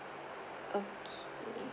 okay